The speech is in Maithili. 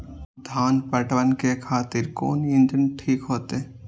धान पटवन के खातिर कोन इंजन ठीक होते?